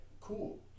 cool